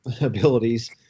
abilities